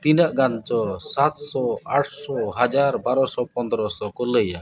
ᱛᱤᱱᱟᱹᱜ ᱜᱟᱱ ᱪᱚ ᱥᱟᱛᱥᱚ ᱟᱴᱥᱚ ᱦᱟᱡᱟᱨ ᱵᱟᱨᱚᱥᱚ ᱯᱚᱸᱫᱽᱨᱚᱥᱚ ᱠᱚ ᱞᱟᱹᱭᱟ